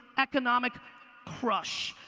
economic crush.